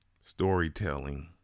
storytelling